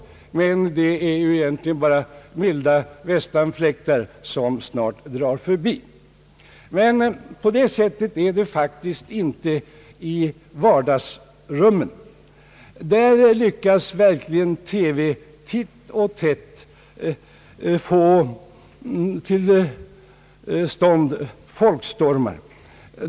Men det är ju egentligen bara milda västanfläktar, som snart drar förbi. På det sättet är det faktiskt inte i vardagsrummet. Där lyckas verkligen TV titt och tätt få till stånd folkstormar.